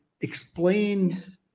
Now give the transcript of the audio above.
explain